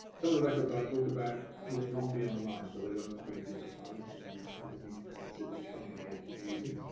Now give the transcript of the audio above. some of the records i talk about will not be online, so they won't have been digitised and you will need to consider coming here to view them.